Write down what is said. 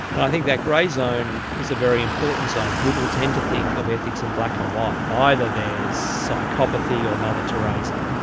and i think that grey zone is a very important zone. people tend to think of ethics in black and um white. either there is psychopathy or mother teresa.